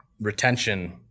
retention